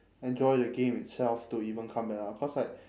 enjoy the game itself to even come back lah cause like